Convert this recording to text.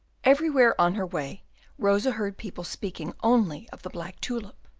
everywhere on her way rosa heard people speaking only of the black tulip,